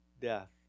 death